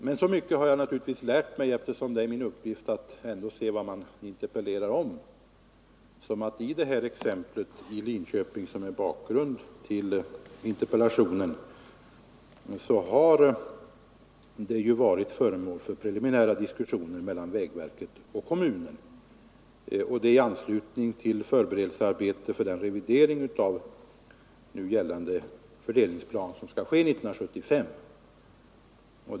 Men så mycket har jag lärt mig — eftersom det ändå är min uppgift att sätta mig in i vad man interpellerar om — att det här exemplet i Linköping, som är sioner mellan vägverket och kommunen i anslutning till förberedelse Tisdagen den arbetet för den revidering av nu gällande fördelningsplan som skall ske 26 november 1974 1975.